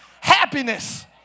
happiness